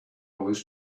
was